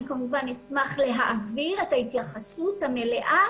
אני אשמח להעביר את ההתייחסות המלאה